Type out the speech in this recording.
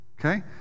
okay